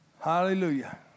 Hallelujah